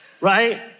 Right